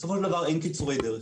בסופו של דבר, אין קיצורי דרך.